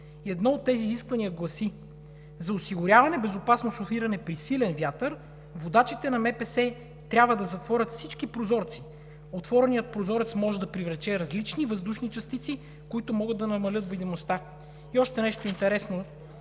и едно от тези изисквания гласи: „За осигуряване на безопасно шофиране при силен вятър водачите на МПС трябва да затворят всички прозорци. Отвореният прозорец може да привлече различни въздушни частици, които могат да намалят видимостта.“ И още нещо интересно